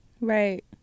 Right